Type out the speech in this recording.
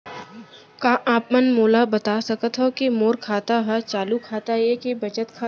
का आप मन मोला बता सकथव के मोर खाता ह चालू खाता ये के बचत खाता?